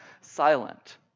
silent